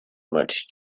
much